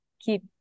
keep